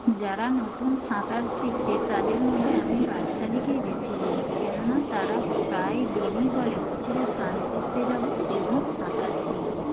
যারা নতুন সাঁতার শিখছে তাদের মধ্যে আমি বাচ্চাদিকেই বেশি ধরি কেননা তারা প্রায় দিনই বলে পুকুরে স্নান করতে যাব এবং সাঁতার শিখব